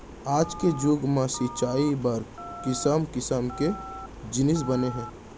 आज के जुग म सिंचई बर किसम किसम के जिनिस बने हे